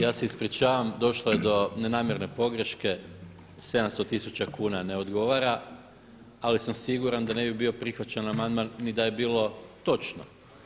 Ja se ispričavam, došlo je do nenamjerne pogreške 700 tisuća kuna ne odgovara, ali sam siguran da ne bi bio prihvaćen amandman ni da je bilo točno.